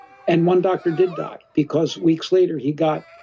and one doctor did die, because, weeks later, he got